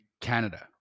Canada